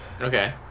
Okay